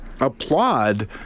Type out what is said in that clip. applaud